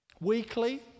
Weekly